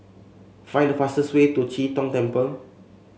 find the fastest way to Chee Tong Temple